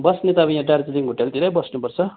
बस्ने त अब यहाँ दार्जिलिङ होटेलतिरै बस्नुपर्छ